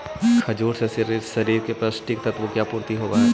खजूर से शरीर को पौष्टिक तत्वों की आपूर्ति होवअ हई